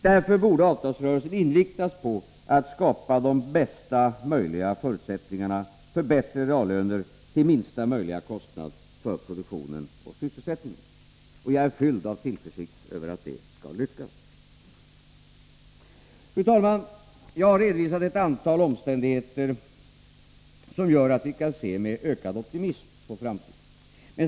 Därför borde avtalsrörelsen inriktas på att skapa de bästa möjliga förutsättningarna för bättre reallöner till minsta möjliga kostnad för produktionen och sysselsättningen. Jag är fylld av tillförsikt att det skall lyckas. Fru talman! Jag har redovisat ett antal omständigheter som gör att vi kan se med ökad optimism på framtiden.